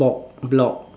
blog blog